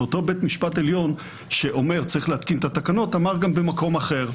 ואותו בית משפט עליון שאומר שצריך להתקין את התקנות אמר גם במקום אחר,